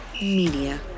Media